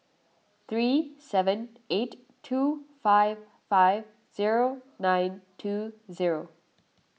three seven eight two five five zero nine two zero